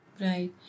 Right